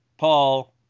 Paul